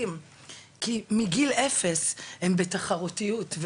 כי כל נער בסיכוי היום ויש לו התמודדויות,